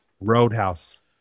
Roadhouse